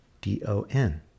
D-O-N